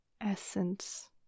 essence